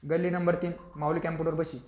गल्ली नंबर तीन माऊली कॅम्पूटरपाशी